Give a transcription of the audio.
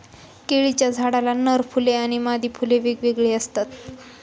केळीच्या झाडाला नर फुले आणि मादी फुले वेगवेगळी असतात